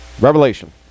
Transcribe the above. Revelation